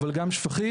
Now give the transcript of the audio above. אבל גם שפכים.